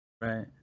Right